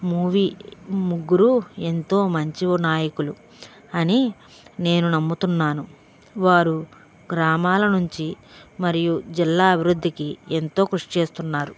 movie ముగ్గురు ఎంతో మంచి నాయకులు అని నేను నమ్ముతున్నాను వారు గ్రామాల నుంచి మరియు జిల్లా అభివృద్ధికి ఎంతో కృషి చేస్తున్నారు